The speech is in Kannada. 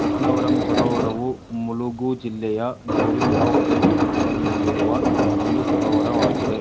ಲಕ್ನವರಂ ಸರೋವರವು ಮುಲುಗು ಜಿಲ್ಲೆಯ ಗೋವಿಂದ್ರಾವ್ಪೇಟ್ ಮಂಡಲ್ನಲ್ಲಿರುವ ಒಂದು ಸರೋವರವಾಗಿದೆ